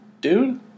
dude